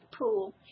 pool